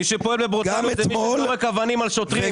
מי שפועל בברוטליות זה מי שזורק אבנים על שוטרים,